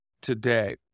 today